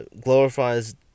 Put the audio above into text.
glorifies